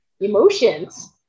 emotions